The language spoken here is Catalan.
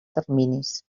terminis